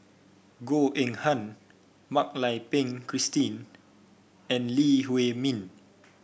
Goh Eng Han Mak Lai Peng Christine and Lee Huei Min